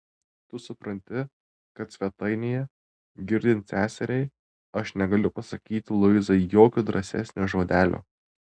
tu supranti kad svetainėje girdint seseriai aš negaliu pasakyti luizai jokio drąsesnio žodelio